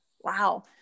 Wow